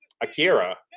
Akira